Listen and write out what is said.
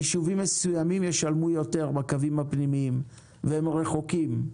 יישובים מסוימים ישלמו יותר בקווים הפנימיים והם רחוקים.